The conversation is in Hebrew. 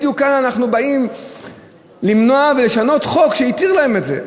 ובדיוק כאן אנחנו באים למנוע שינוי חוק שהתיר להם את זה.